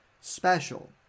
special